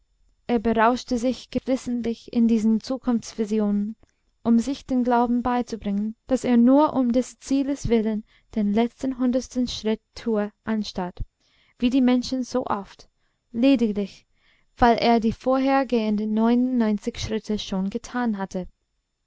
er berauschte sich geflissentlich in diesen zukunftsvisionen um sich den glauben beizubringen daß er nur um des zieles willen den letzten hundertsten schritt tue anstatt wie die menschen so oft lediglich weil er die vorhergehenden neunundneunzig schritte schon getan hatte